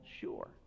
Sure